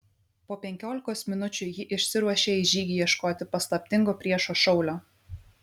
po penkiolikos minučių ji išsiruošė į žygį ieškoti paslaptingo priešo šaulio